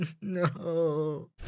no